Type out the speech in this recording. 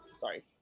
Sorry